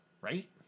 Right